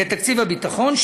לתקציב הביטחון.